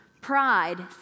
Pride